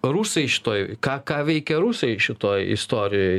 rusai šitoj ką ką veikia rusai šitoj istorijoj